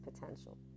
potential